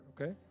okay